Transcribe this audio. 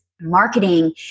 marketing